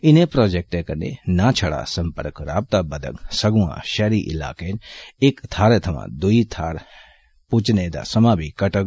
इनें प्रॉजेक्टें कन्नै नां छड़ा संपर्क राबता बधग सगुआं षहरी इलाकें च इक थाहरै थमां दुई थाहर पुज्जने दा समां बी घटग